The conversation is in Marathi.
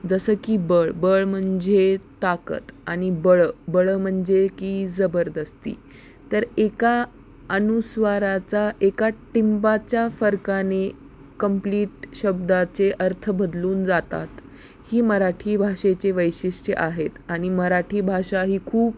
जसं की बळ बळ म्हणजे ताकद आणि बळं बळं म्हणजे की जबरदस्ती तर एका अनुस्वाराचा एका टिंबाच्या फरकाने कंप्लीट शब्दाचे अर्थ बदलून जातात ही मराठी भाषेचे वैशिष्ट्य आहेत आणि मराठी भाषा ही खूप